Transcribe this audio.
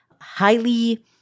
highly